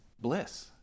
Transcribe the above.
bliss